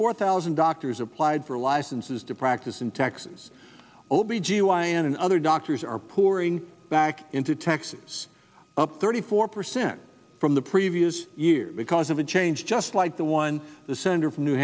four thousand doctors applied for licenses to practice in texas o b g y n and other doctors are poor ing back into texas up thirty four percent from the previous year because of a change just like the one the senator from new